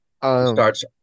Starts